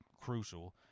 crucial